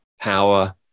power